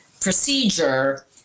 procedure